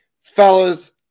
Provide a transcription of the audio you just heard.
Fellas